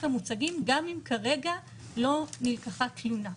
המוצגים גם אם כרגע לא נלקחה תלונה.